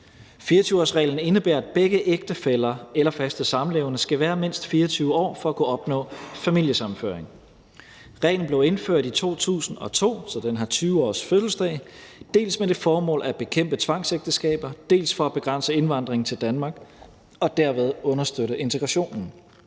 24-årsreglen indebærer, at begge ægtefæller eller faste samlevere skal være mindst 24 år for at kunne opnå familiesammenføring. Reglen blev indført i 2002 – den har 20-årsfødselsdag – dels med det formål at bekæmpe tvangsægteskaber, dels for at begrænse indvandringen til Danmark og derved understøtte integrationen.